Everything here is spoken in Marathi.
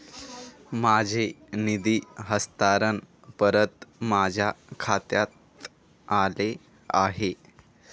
माझे निधी हस्तांतरण परत माझ्या खात्यात आले आहे